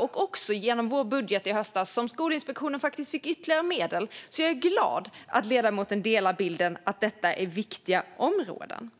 Och genom vår budget som gick igenom i höstas fick Skolinspektionen ytterligare medel. Jag är därför glad över att ledamoten delar bilden att detta är viktiga områden.